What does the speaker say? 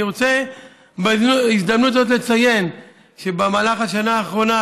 אני רוצה בהזדמנות הזאת לציין שבמהלך השנה האחרונה,